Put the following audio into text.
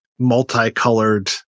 multicolored